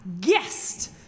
guest